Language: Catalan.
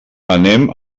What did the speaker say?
anem